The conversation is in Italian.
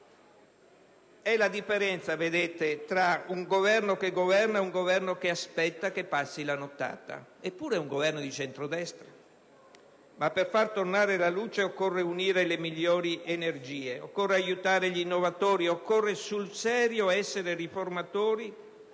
È la differenza tra un Governo che governa e un Governo che aspetta che passi la nottata. Eppure è un Governo di centrodestra! Ma per far tornare la luce occorre unire le migliori energie, occorre aiutare gli innovatori, occorre sul serio essere riformatori